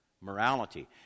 morality